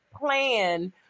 plan